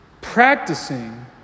practicing